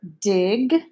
dig